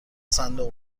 صندوق